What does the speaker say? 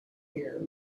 here